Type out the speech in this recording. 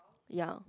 ya